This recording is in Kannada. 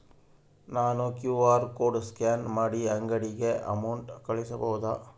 ನಾನು ಕ್ಯೂ.ಆರ್ ಕೋಡ್ ಸ್ಕ್ಯಾನ್ ಮಾಡಿ ಅಂಗಡಿಗೆ ಅಮೌಂಟ್ ಕಳಿಸಬಹುದಾ?